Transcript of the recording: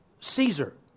Caesar